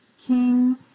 King